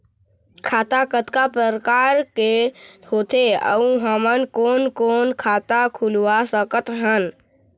खाता कतका प्रकार के होथे अऊ हमन कोन कोन खाता खुलवा सकत हन?